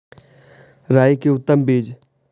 राई के उतम बिज?